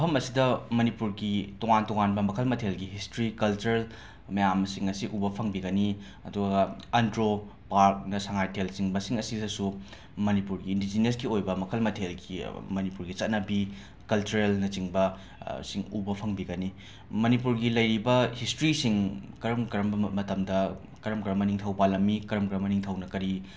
ꯃꯐꯝ ꯑꯁꯤꯗ ꯃꯅꯤꯄꯨꯔꯒꯤ ꯇꯣꯉꯥꯟ ꯇꯣꯉꯥꯟꯕ ꯃꯈꯜ ꯃꯊꯦꯜꯒꯤ ꯍꯤꯁꯇ꯭ꯔꯤ ꯀꯜꯆꯔꯦꯜ ꯃꯌꯥꯝꯁꯤꯡ ꯑꯁꯤ ꯎꯕ ꯐꯪꯕꯤꯒꯅꯤ ꯑꯗꯨꯒ ꯑꯟꯗ꯭ꯔꯣ ꯄꯥꯔꯛꯅ ꯁꯉꯥꯏꯊꯦꯜ ꯆꯤꯡ ꯃꯁꯤꯡ ꯑꯁꯤꯗꯁꯨ ꯃꯅꯤꯄꯨꯔꯒꯤ ꯏꯟꯗꯤꯖꯤꯅꯁꯀꯤ ꯑꯣꯏꯕ ꯃꯈꯜ ꯃꯊꯦꯜꯒꯤ ꯃꯅꯤꯄꯨꯔꯒꯤ ꯆꯠꯅꯕꯤ ꯀꯜꯆ꯭ꯔꯦꯜꯅꯆꯤꯡꯕ ꯁꯤꯡ ꯎꯕ ꯐꯪꯕꯤꯒꯅꯤ ꯃꯅꯤꯄꯨꯔꯒꯤ ꯂꯩꯔꯤꯕ ꯍꯤꯁꯇ꯭ꯔꯤꯁꯤꯡ ꯀꯔꯝ ꯀꯔꯝꯕ ꯃ ꯃꯇꯝꯗ ꯀꯔꯝ ꯀꯔꯝꯕ ꯅꯤꯡꯊꯧ ꯄꯥꯜꯂꯝꯃꯤ ꯀꯔꯝ ꯀꯔꯝꯕ ꯅꯤꯡꯊꯧꯅ ꯀꯔꯤ